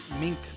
mink